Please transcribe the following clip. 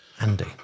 Andy